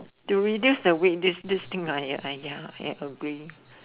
to reduce the weight this this thing ah !aiya! I agree